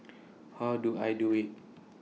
how do I do IT